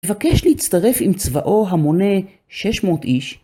מבקש להצטרף עם צבאו המונה 600 איש.